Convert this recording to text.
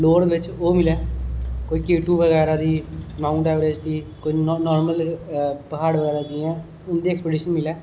lower बिच ओह् मिले कोई के टू बगैरा दी माउंटऐवरस्ट दी कोई नार्मल प्हाड़ बगैरा दी जियां इंदी एक्सपिटिशन मिले